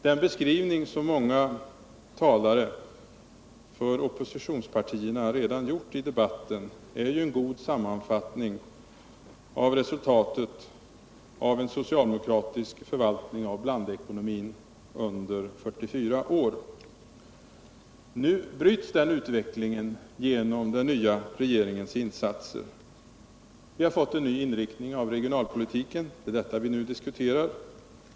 Den beskrivning som många talare för oppositionspartierna redan har givit i debatten är ju en god sammanfattning av resultatet av en socialdemokratisk förvaltning av blandekonomin under 44 år. Nu bryts den utvecklingen genom den nya regeringens insatser. Vi har fått en ny inriktning av regionalpolitiken — det är den som vi nu diskuterar.